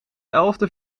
elfde